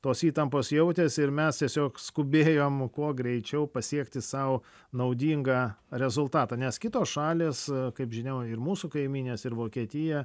tos įtampos jautėsi ir mes tiesiog skubėjom kuo greičiau pasiekti sau naudingą rezultatą nes kitos šalys kaip žinau ir mūsų kaimynės ir vokietija